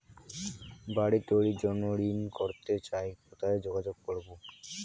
বাড়ি তৈরির জন্য ঋণ করতে চাই কোথায় যোগাযোগ করবো?